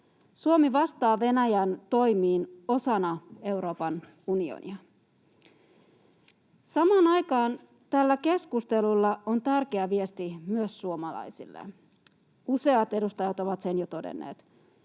Suomi vastaa Venäjän toimiin osana Euroopan unionia. Samaan aikaan tällä keskustelulla on tärkeä viesti myös suomalaisille. Useat edustajat ovat sen jo todenneet: